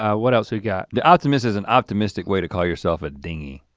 ah what else we got? the optimist is an optimistic way to call yourself a dinghy.